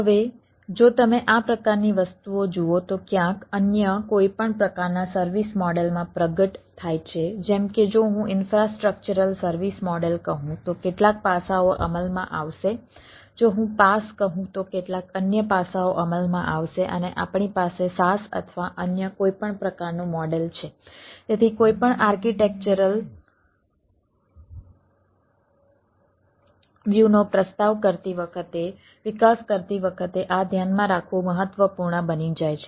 હવે જો તમે આ પ્રકારની વસ્તુઓ જુઓ તો ક્યાંક અન્ય કોઈપણ પ્રકારના સર્વિસ મોડેલ નો પ્રસ્તાવ કરતી વખતે વિકાસ કરતી વખતે આ ધ્યાનમાં રાખવું મહત્વપૂર્ણ બની જાય છે